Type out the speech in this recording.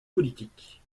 politiques